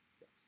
yes